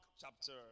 chapter